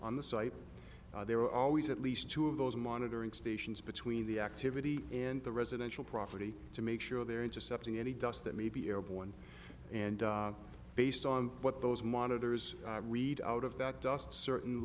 on the site there are always at least two of those monitoring stations between the activity and the residential property to make sure they're intercepting any dust that may be airborne and based on what those monitors read out of that dust certain